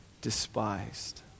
despised